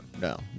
no